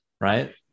Right